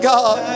God